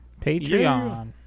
Patreon